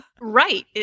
Right